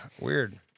weird